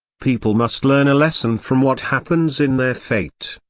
people must learn a lesson from what happens in their fate,